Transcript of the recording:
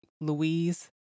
Louise